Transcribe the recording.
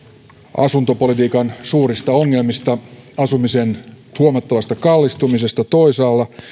asuntopolitiikan suurista ongelmista asumisen huomattavasta kallistumisesta toisaalla